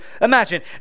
imagine